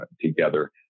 together